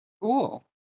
Cool